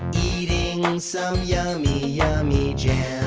eating and some yummy yummy jam.